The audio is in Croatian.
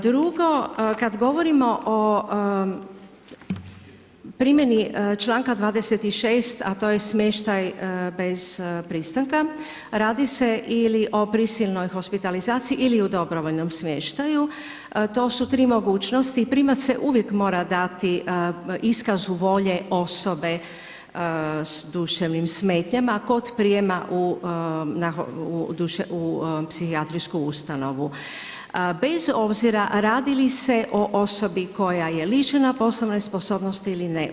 Drugo, kada govorimo o primjeni članka 26. a to je smještaj bez pristanka, radi se ili o prisilnoj hospitalizaciji ili o dobrovoljnom smještaju, to su tri mogućnosti, prijem se uvijek mora dati iskazu volje osobe s duševnim smetnjama kod prijema u psihijatrijsku ustanovu bez obzira radi li se o osobi koja je lišena poslovne sposobnosti ili ne.